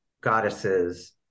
goddesses